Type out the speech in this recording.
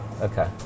Okay